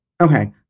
Okay